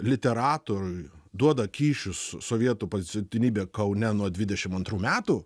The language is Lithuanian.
literatoriui duoda kyšius sovietų pasiuntinybė kaune nuo dvidešim antrų metų